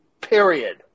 period